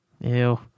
Ew